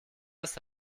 ist